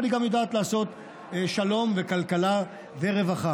אבל היא גם יודעת לעשות שלום וכלכלה ורווחה,